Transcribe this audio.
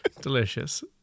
Delicious